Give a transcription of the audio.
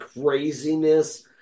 craziness